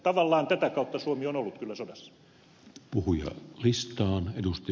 tavallaan tätä kautta suomi on ollut kyllä sodassa